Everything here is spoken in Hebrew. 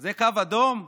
זה קו אדום,